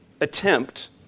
Attempt